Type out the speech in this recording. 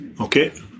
Okay